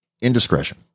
indiscretion